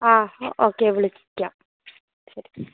ആ ഓക്കേ വിളിക്കാം ശരി